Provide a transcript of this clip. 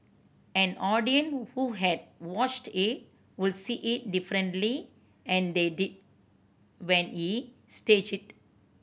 an audience who had watched it would see it differently and they did when he staged it